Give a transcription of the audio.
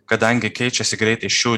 kadangi keičiasi greitai šių